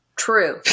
true